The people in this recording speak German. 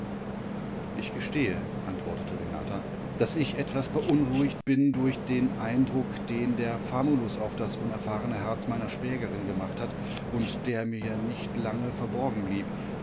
ich gestehe antwortet renata daß ich etwas beunruhigt bin durch den eindruck den der famulus auf das unerfahrene herz meiner schwägerin gemacht hat und der mir nicht lange verborgen blieb